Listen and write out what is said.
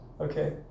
okay